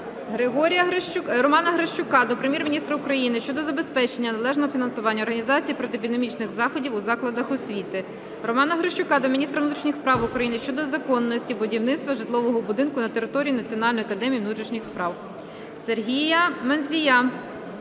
Романа Грищука до Прем'єр-міністра України щодо забезпечення належного фінансування організації протиепідемічних заходів у закладах освіти. Романа Грищука до міністра внутрішніх справ України щодо законності будівництва житлового будинку на території Національної академії внутрішніх справ.